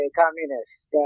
communist